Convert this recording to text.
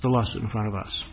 the loss in front of